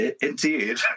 Indeed